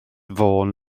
fôn